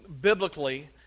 biblically